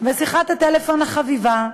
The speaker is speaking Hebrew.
ושיחת הטלפון החביבה,